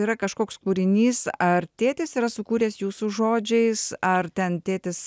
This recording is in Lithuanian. yra kažkoks kūrinys ar tėtis yra sukūręs jūsų žodžiais ar ten tėtis